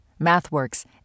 MathWorks